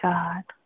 God